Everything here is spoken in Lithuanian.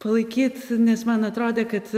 palaikyt nes man atrodė kad